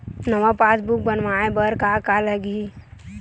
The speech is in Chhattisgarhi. नवा पासबुक बनवाय बर का का लगही?